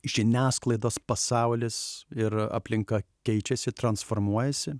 žiniasklaidos pasaulis ir aplinka keičiasi transformuojasi